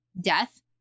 death